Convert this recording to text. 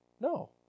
No